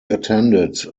attended